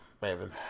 Ravens